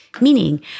Meaning